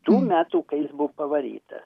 tų metų kai jis buvo pavaryta